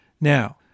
Now